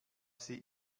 sie